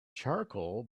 charcoal